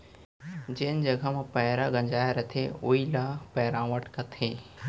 जेन जघा म पैंरा गंजाय रथे वोइ ल पैरावट कथें